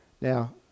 Now